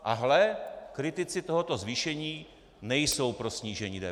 A hle kritici tohoto zvýšení nejsou pro snížení DPH.